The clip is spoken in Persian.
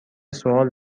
سوال